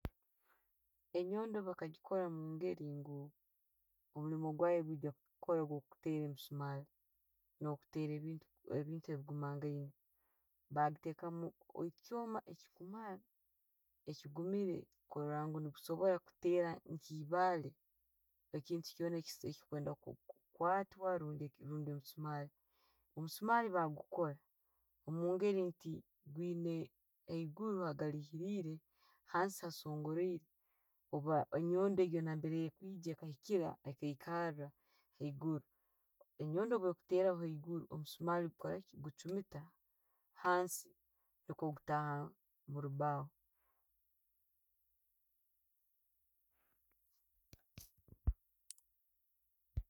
Enyondo bakagikora mungeri ngu omuliimu gwayo gwijja gwo teera emisumaali n'okutera ebintu ebigumangaine. Bakagitekamu ekyooma echikumala, echigumire kuroora ngu no'sobora kuteela nke eibale ne' kintu kyona ekwenda ku- kutwa rundi Omusumali. Omusumali bagukora omugenri nti guyina haigulu hagaikirire, hansi hansongereire orba enyondo egyo amberi ekwijja ekaikira ekaikaraa haigulu. Enyondo bwogiteraho haiguru, omusumaali gukoraki guchumiita hansi niikwo kutaha omurubaho.